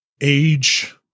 age